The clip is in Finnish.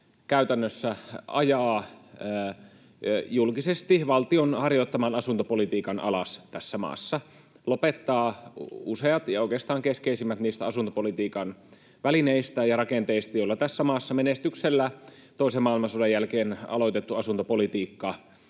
käytännössä ajaa valtion julkisesti harjoittaman asuntopolitiikan alas tässä maassa, lopettaa useat ja oikeastaan keskeisimmät niistä asuntopolitiikan välineistä ja rakenteista, joilla tässä maassa menestyksellä toisen maailmansodan jälkeen aloitettu asuntopolitiikka